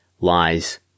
lies